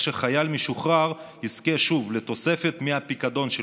שחייל משוחרר יזכה שוב לתוספת מהפיקדון,